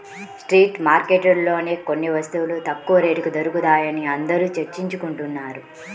street మార్కెట్లలోనే కొన్ని వస్తువులు తక్కువ రేటుకి దొరుకుతాయని అందరూ చర్చించుకుంటున్నారు